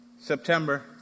September